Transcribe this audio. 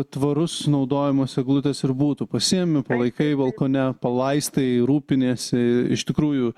tvarus naudojimas eglutės ir būtų pasiimi palaikai balkone palaistai rūpiniesi iš tikrųjų